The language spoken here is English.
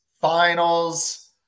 finals